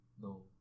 No